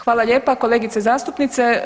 Hvala lijepa kolegice zastupnice.